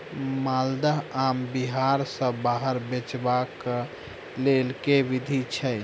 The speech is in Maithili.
माल्दह आम बिहार सऽ बाहर बेचबाक केँ लेल केँ विधि छैय?